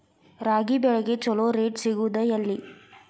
ರಾಗಿ ಬೆಳೆಗೆ ಛಲೋ ರೇಟ್ ಸಿಗುದ ಎಲ್ಲಿ?